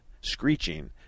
screeching